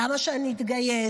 למה שאני אתגייס?